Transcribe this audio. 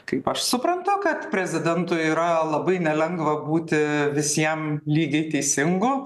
kaip aš suprantu kad prezidentui yra labai nelengva būti visiem lygiai teisingu